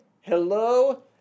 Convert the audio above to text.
Hello